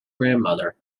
grandmother